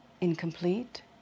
incomplete